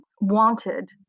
wanted